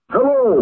Hello